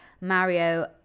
Mario